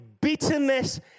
bitterness